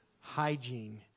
Hygiene